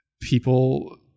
people